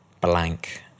blank